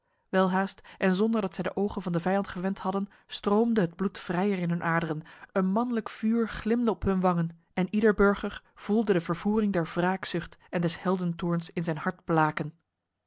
welhaast en zonder dat zij de ogen van de vijand gewend hadden stroomde het bloed vrijer in hun aderen een manlijk vuur glimde op hun wangen en ieder burger voelde de vervoering der wraakzucht en des heldentoorns in zijn hart blaken